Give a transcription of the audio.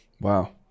Wow